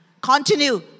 Continue